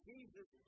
Jesus